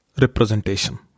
representation